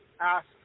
ask